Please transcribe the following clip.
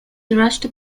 rushed